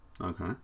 okay